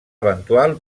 eventual